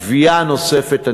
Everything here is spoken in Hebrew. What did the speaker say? גבייה נוספת,